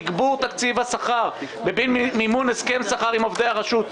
תגבור תקציב השכר ומימון הסכם שכר עם עובדי הרשות,